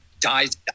dies